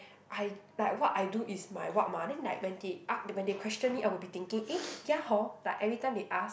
I like what I do is my what mah then like when they a~ when they question me I will be thinking eh ya hor like every time they ask